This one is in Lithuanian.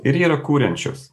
ir yra kuriančios